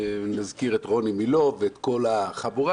נזכיר את רוני מילוא ואת כל החבורה